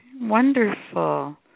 Wonderful